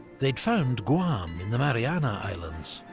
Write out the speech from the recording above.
they found guam in the mariana islands,